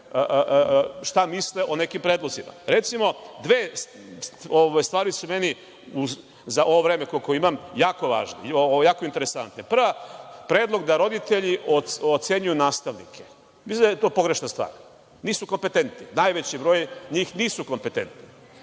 šta misle o nekim predlozima. Recimo, dve stvari su meni, za ovo vreme koliko imam, jako interesantne. Prva, predlog da roditelji ocenjuju nastavnike. Mislim da je to pogrešna stvar. Nisu kompetentni. Najveći broj njih nisu kompetentni,